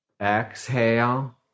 Exhale